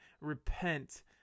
repent